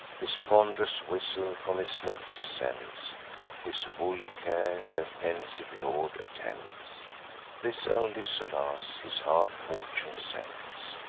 his pond'rous whistle from his neck descends his woolly care their pensive lord attends this only solace his hard fortune sends.